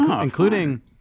including